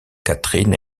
catherine